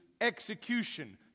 execution